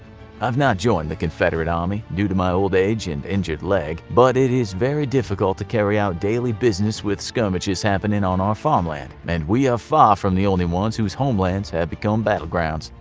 i have not joined the confederate army due to my old age and injured leg, but it is very difficult to carry out daily business with skirmishes happening on our farm land, and we are far from the only ones whose homelands have become battlegrounds.